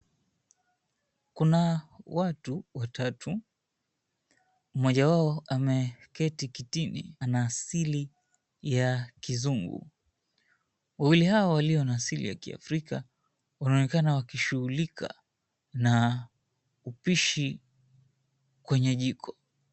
Kuna watu watatu, mmoja wao ameketi kitini ana asili ya kizungu. Wawili hao walio na asili ya kiafrika wanaonekana wakishughulika na upishi kwenye jiko.